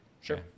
Sure